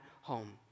home